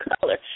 color